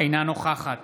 אינה נוכחת